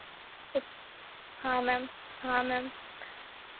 उस हाँ मैम हाँ मैम